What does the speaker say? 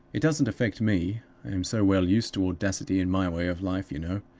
it doesn't affect me i am so well used to audacity in my way of life, you know.